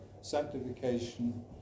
sanctification